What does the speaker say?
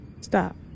Stop